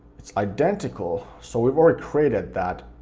it's identical, so we've already created that,